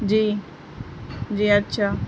جی جی اچھا